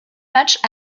matchs